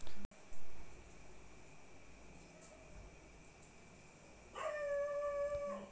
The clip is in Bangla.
আমরা ডেবিট কার্ড দিয়ে কিভাবে টাকা তুলবো?